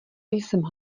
jsem